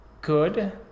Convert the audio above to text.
good